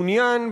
מעוניין,